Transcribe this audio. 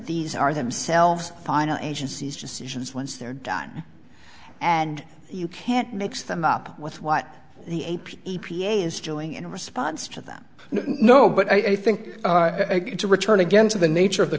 these are themselves final agency's decisions once they're done and you can't mix them up with what the a p e p a is doing in response to them no but i think to return again to the nature of the